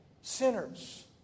sinners